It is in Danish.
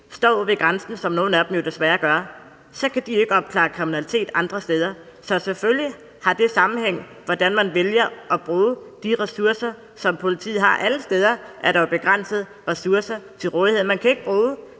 står ved grænsen, som nogle af dem desværre gør, kan de ikke opklare kriminalitet andre steder. Så selvfølgelig er der sammenhæng i, hvordan man vælger at bruge de ressourcer, som politiet har. Alle steder er der jo begrænsede ressourcer til rådighed. Man kan ikke bruge